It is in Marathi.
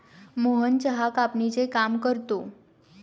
मोहन चहा कापणीचे काम करतो